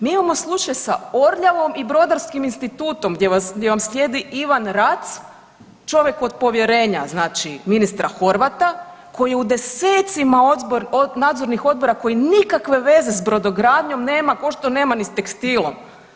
Mi imamo slučaj sa Orljavom i Brodarskim institutom gdje vam sjedi Ivan Rac, čovjek od povjerenja znači ministra Horvata koji je u desecima nadzornih odbora koji nikakve veze s brodogradnjom nema ko što nema ni s tekstilom.